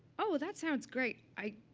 oh, well, that sounds great. i